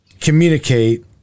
communicate